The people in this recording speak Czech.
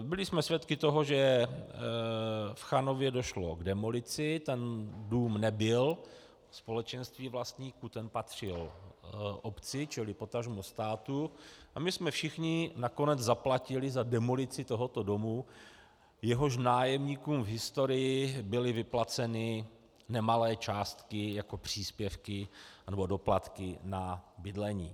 Byli jsme svědky toho, že v Chanově došlo k demolici, ten dům nebyl společenství vlastníků, ten patřil obci, čili potažmo státu, a my jsme všichni nakonec zaplatili za demolici tohoto domu, jehož nájemníkům v historii byly vyplaceny nemalé částky jako příspěvky nebo doplatky na bydlení.